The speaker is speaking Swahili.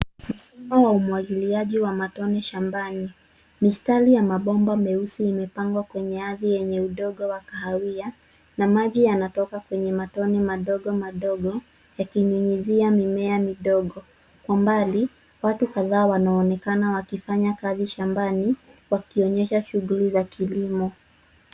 Mfumo wa umwagiliaji wa matone shambani. Mistari ya mabomba meusi imepangwa kwenye ardhi yenye udongo wa kahawia na maji yanatoka kwenye matone madogo madogo yakinyunyizia mimea midogo. Kwa mbali watu kadhaa wanaonekana wakifanya kazi shambani wakionyesha shughuli za kilimo.